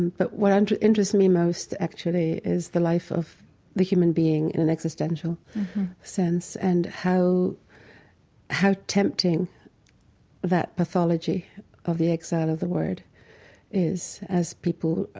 but what and interests me most actually is the life of the human being in an existential sense and how how tempting that pathology of the exile of the word is as people,